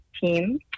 team